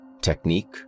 technique